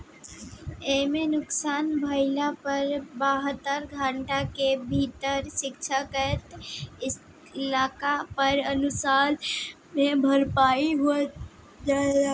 एइमे नुकसान भइला पर बहत्तर घंटा के भीतर शिकायत कईला पर नुकसान के भरपाई हो जाला